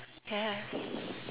yes